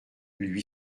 lui